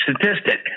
statistic